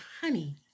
honey